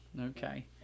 okay